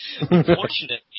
unfortunately